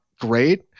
great